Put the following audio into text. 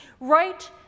right